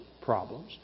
problems